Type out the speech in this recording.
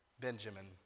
Benjamin